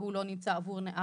והוא לא נמצא עבור נערה,